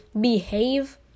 behave